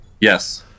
Yes